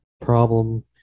problem